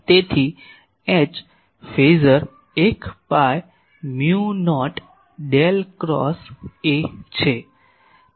તેથી H phasor 1 by mu naught del cross A છે